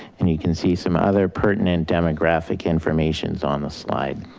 and you can see some other pertinent demographic information on the slide.